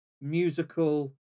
musical